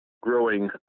growing